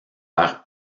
vers